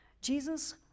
Jesus